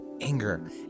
anger